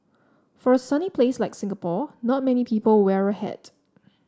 for a sunny place like Singapore not many people wear a hat